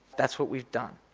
that's what we've done.